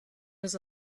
was